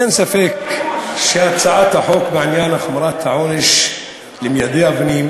אין ספק שהצעת החוק בעניין חומרת העונש למיידי אבנים